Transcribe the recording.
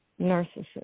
narcissist